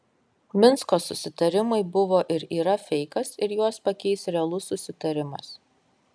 minsko susitarimai buvo ir yra feikas ir juos pakeis realus susitarimas